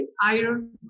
iron